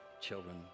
children